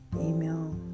email